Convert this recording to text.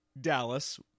dallas